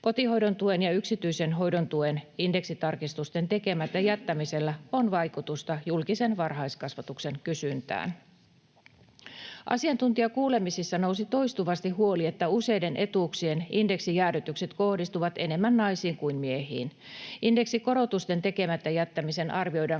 Kotihoidon tuen ja yksityisen hoidon tuen indeksitarkistusten tekemättä jättämisellä on vaikutusta julkisen varhaiskasvatuksen kysyntään. Asiantuntijakuulemisissa nousi toistuvasti huoli, että useiden etuuksien indeksijäädytykset kohdistuvat enemmän naisiin kuin miehiin. Indeksikorotusten tekemättä jättämisen arvioidaan